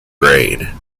grade